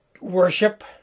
worship